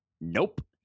nope